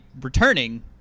returning